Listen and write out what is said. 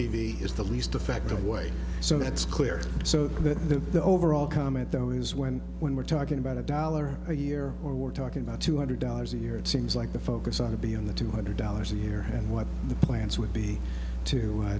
v is the least effective way so that's clear so that the the overall comment though is when when we're talking about a dollar a year or we're talking about two hundred dollars a year it seems like the focus ought to be on the two hundred dollars here and what the plans would be to